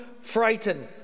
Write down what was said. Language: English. frightened